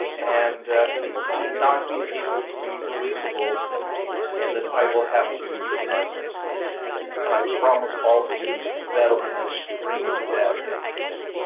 and he he not be able to be releasable and that will have to euthanize him and i promise all of you that will be an extremely bad day for me.